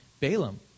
Balaam